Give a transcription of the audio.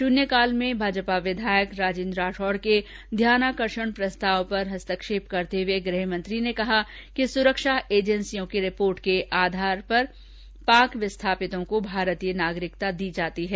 शून्यकाल में भाजपा विधायक राजेन्द्र राठौड़ के ध्यानाकर्षण प्रस्ताव पर हस्तक्षेप कहते हुए श्री धारीवाल ने कहा कि सुरक्षा एजेन्सियों की रिपोर्ट के परीक्षण के आधार पर पाक विस्थापितों को भारतीय नागरिकता दी जाती है